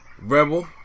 Rebel